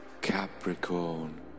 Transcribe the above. Capricorn